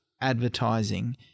advertising